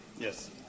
Yes